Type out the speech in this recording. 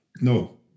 No